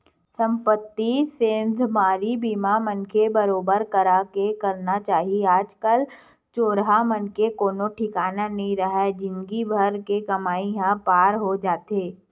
संपत्ति सेंधमारी बीमा मनखे बरोबर करा के रखना चाही आज कल चोरहा मन के कोनो ठिकाना नइ राहय जिनगी भर के कमई ह पार हो जाथे